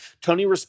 Tony